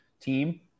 team